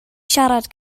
siarad